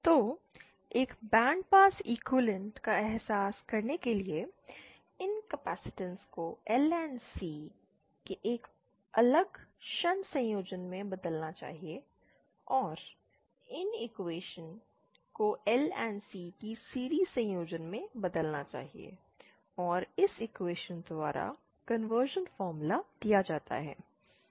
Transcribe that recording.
तो एक bandpass equivalent का एहसास करने के लिए इन कैपेसिटेंस को L और C के एक अलग शंट संयोजन में बदलना चाहिए और इन इंडक्शन को L और C की सीरिज़ संयोजन में बदलना चाहिए और इस इक्वेशन द्वारा कन्वर्जन फार्मूला दिया जाता है